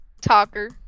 Talker